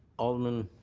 alderman